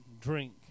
drink